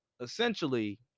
essentially